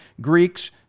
Greeks